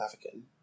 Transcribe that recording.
African